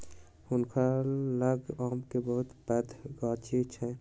हुनका लग आम के बहुत पैघ गाछी छैन